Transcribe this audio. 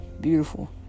beautiful